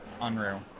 Unreal